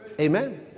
Amen